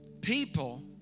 people